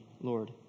Lord